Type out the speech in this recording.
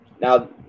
Now